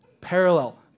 parallel